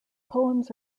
poems